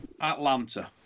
Atlanta